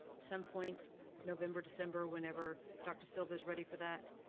some point november, december. whenever doctor silva's ready for that.